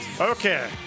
Okay